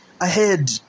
ahead